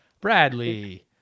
Bradley